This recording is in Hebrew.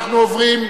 אנחנו עוברים,